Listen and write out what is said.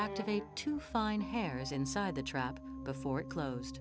activate to find hairs inside the trap before it closed